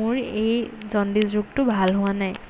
মোৰ এই জণ্ডিচ ৰোগটো ভাল হোৱা নাই